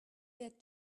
get